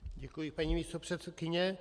Děkuji, paní místopředsedkyně.